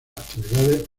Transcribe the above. actividades